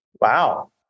wow